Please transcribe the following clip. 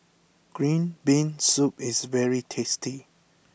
Green Bean Soup is very tasty